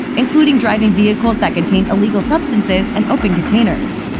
including driving vehicles that contained illegal substances and open containers.